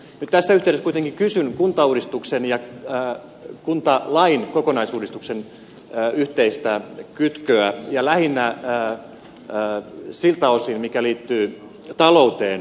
nyt tässä yhteydessä kuitenkin kysyn kuntauudistuksen ja kuntalain kokonaisuudistuksen yhteistä kytköä ja lähinnä siltä osin mikä liittyy talouteen